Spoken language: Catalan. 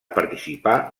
participar